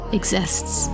exists